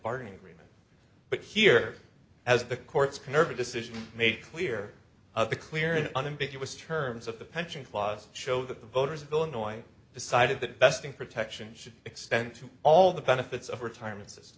bargaining agreement but here as the court's conserving decision made clear of the clear and unambiguous terms of the pension clause show that the voters of illinois decided that besting protection should extend to all the benefits of retirement